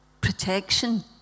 protection